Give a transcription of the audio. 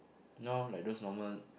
you know like those normal